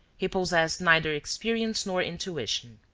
he possessed neither experience nor intuition.